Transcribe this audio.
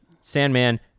Sandman